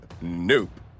Nope